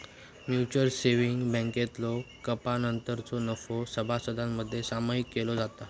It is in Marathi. म्युचल सेव्हिंग्ज बँकेतलो कपातीनंतरचो नफो सभासदांमध्ये सामायिक केलो जाता